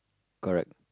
correct